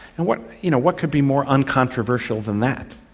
and what you know what could be more uncontroversial than that?